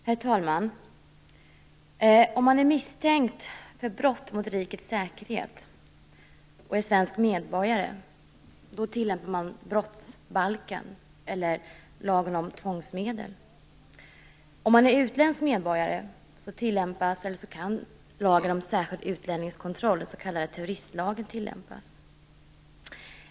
Herr talman! Om man är misstänkt för brott mot rikets säkerhet och är svensk medborgare tillämpas brottsbalken eller lagen om tvångsmedel. Om man är utländsk medborgare kan lagen om särskild utlänningskontroll, den s.k. terroristlagen, tillämpas.